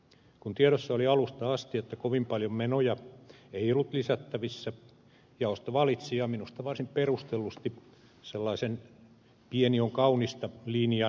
kun tiedossa oli alusta asti että kovin paljon menoja ei ollut lisättävissä jaosto valitsi ja minusta varsin perustellusti sellaisen pieni on kaunista linjan